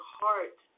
heart